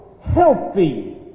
healthy